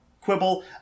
quibble